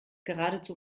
geradezu